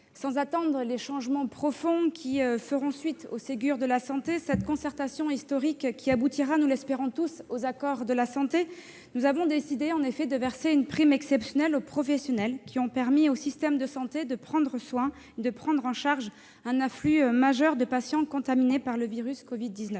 sans attendre les changements profonds qui feront suite au « Ségur de la santé », cette concertation historique qui aboutira, nous l'espérons tous, aux accords de la santé, nous avons en effet décidé de verser une prime exceptionnelle aux professionnels qui ont permis au système de santé de prendre en charge un afflux majeur de patients contaminés par le Covid-19.